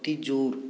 ଅତି ଜୋର୍